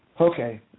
Okay